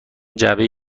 جعبه